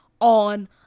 on